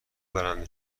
برنده